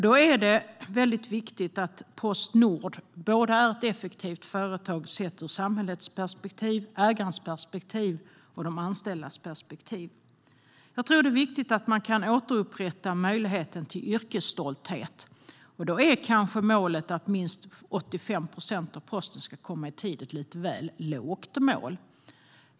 Då är det väldigt viktigt att Postnord är ett effektivt företag sett ur samhällets perspektiv, ägarens perspektiv och även de anställdas perspektiv. Det är viktigt att återupprätta möjligheten till yrkesstolthet. Och då är kanske målet att minst 85 procent av posten ska komma fram i tid lite väl lågt.